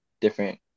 different